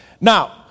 Now